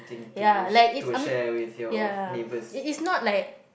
ya like it's um~ ya it is not like